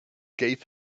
gave